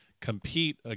compete